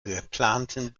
geplanten